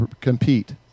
compete